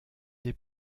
des